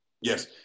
Yes